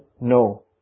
no